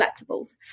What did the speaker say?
collectibles